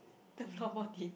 the floorball team